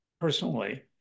personally